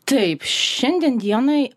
taip šiandien dienai